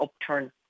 upturn